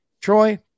Troy